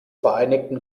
vereinigten